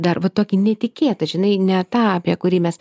dar va tokį netikėtą žinai ne tą apie kurį mes